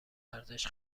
ارزش